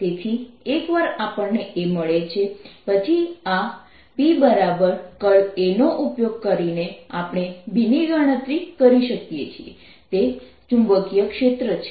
તેથી એકવાર આપણને A મળે છે પછી આ BA નો ઉપયોગ કરીને આપણે B ની ગણતરી કરી શકીએ છીએ તે ચુંબકીય ક્ષેત્ર છે